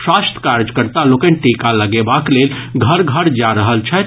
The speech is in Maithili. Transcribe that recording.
स्वास्थ्य कार्यकर्ता लोकनि टीका लगेबाक लेल घर घर जा रहल छथि